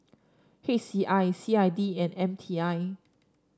H C I C I D and M T I